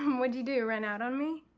um what'd you do, run out on me?